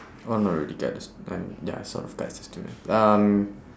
oh not really guide the st~ I ya it sort of guides the students um